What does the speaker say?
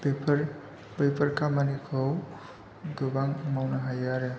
बेफोर खामानिखौ गोबां मावनो हायो आरो